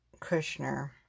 Kushner